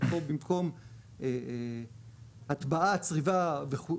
שפה במקום חריטה הטבעה וצריבה יבוא